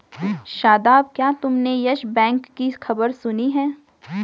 शादाब, क्या तुमने Yes Bank की खबर सुनी है?